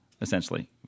Essentially